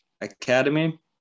Academy